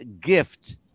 gift